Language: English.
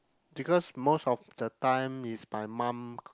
because most of the time is my mum